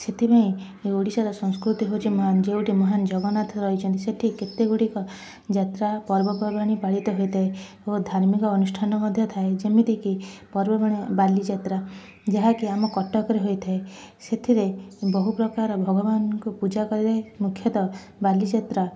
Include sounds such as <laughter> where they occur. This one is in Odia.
ସେଥିପାଇଁ ଏ ଓଡ଼ିଶାର ସଂସ୍କୃତି ହେଉଛି ମହାନ୍ ଯେଉଁଠି ମହାନ୍ ଜଗନ୍ନାଥ ରହୁଛନ୍ତି ସେଇଠି କେତେ ଗୁଡ଼ିକ ଯାତ୍ରା ପର୍ବ ପର୍ବାଣୀ ପାଳିତ ହୋଇଥାଏ ଓ ଧାର୍ମିକ ଅନୁଷ୍ଠାନ ମଧ୍ୟ ଥାଏ ଯେମିତିକି ପର୍ବ <unintelligible> ବାଲି ଯାତ୍ରା ଯାହାକି ଆମ କଟକରେ ହୋଇଥାଏ ସେଥିରେ ବହୁ ପ୍ରକାର ଭଗବାନଙ୍କୁ ପୂଜା କରାଯାଏ ମୁଖ୍ୟତଃ ବାଲିଯାତ୍ରା